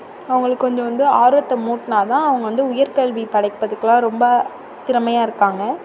அவங்கள கொண்டு வந்து ஆர்வத்தை மூட்டினாதான் அவங்க வந்து உயர்கல்வி படிப்பதுக்குலாம் ரொம்ப திறமையாக இருக்காங்க